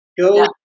Go